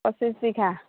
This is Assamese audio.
পঁছিশ বিঘা